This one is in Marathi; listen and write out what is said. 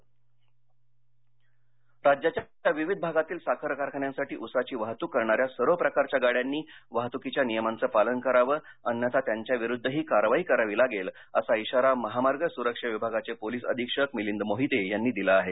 महामार्ग सुरक्षा विभाग राज्याच्या विविध भागातील साखर कारखान्यांसाठी ऊसाची वाहतूक करणाऱ्या सर्व प्रकारच्या गाड्यांनी वाहतुकीच्या नियमांचं पालन करावं अन्यथा त्यांच्याविरुद्धही कारवाई करावी लागेल असा इशारा महामार्ग सुरक्षा विभागाचे पोलीस अधीक्षक मिलिंद मोहिते यांनी दिला आहे